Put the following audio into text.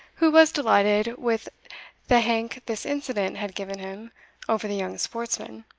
who was delighted with the hank this incident had given him over the young sportsman